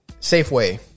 Safeway